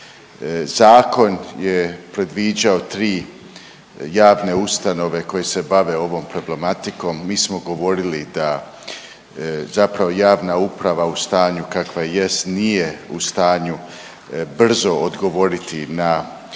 Zakon je predviđao tri javne ustanove koje se bave ovom problematikom. Mi smo govorili da zapravo javna uprava u stanju kakva jest nije u stanju brzo odgovoriti na molbe